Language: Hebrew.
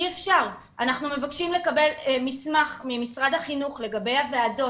אנחנו מבקשים לקבל מסמך ממשרד ה חינוך לגבי הוועדות,